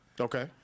Okay